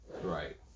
Right